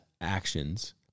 actions